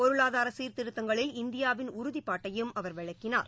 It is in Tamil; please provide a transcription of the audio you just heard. பொருளாதாரசீர்த்திருத்தங்களில் இந்தியாவின் உறுதிப்பாட்டையும் அவர் விளக்கினார்